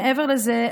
מעבר לזה,